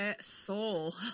soul